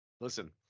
Listen